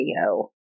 video